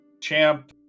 Champ